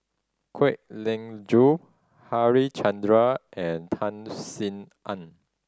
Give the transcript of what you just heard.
Kwek Leng Joo Harichandra and Tan Sin En